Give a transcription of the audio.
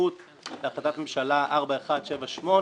להיערכות להחלטת ממשלה 4178